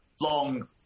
long